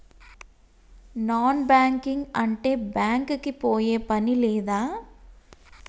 Non banking అంటే bank కి పోయే పని లేదా?